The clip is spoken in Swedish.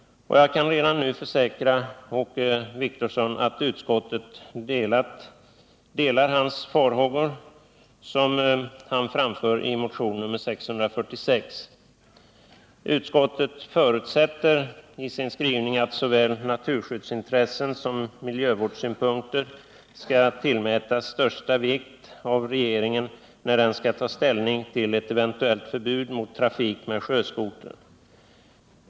Jag kan redan nu försäkra Åke Wictorsson om att vi i utskottet delar de farhågor som han framför i motionen 646. Utskottet förutsätter att såväl naturskyddsintressen som miljövårdssynpunkter av regeringen skall tillmätas största vikt när man tar ställning till ett eventuellt förbud mot trafik med sjöskoter.